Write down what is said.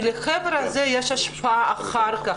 כי לחבר'ה האלה יש השפעה אחר כך.